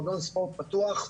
מועדון ספורט פתוח,